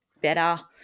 better